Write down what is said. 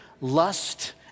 lust